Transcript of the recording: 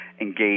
engage